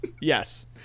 yes